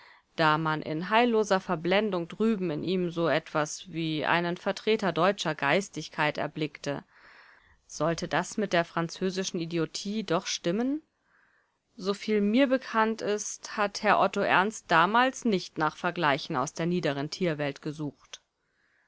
da man in heilloser verblendung drüben in ihm so etwas wie einen vertreter deutscher geistigkeit erblickte sollte das mit der französischen idiotie doch stimmen soviel mir bekannt ist hat herr otto ernst damals nicht nach vergleichen aus der niederen tierwelt gesucht